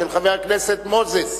של חבר הכנסת מוזס,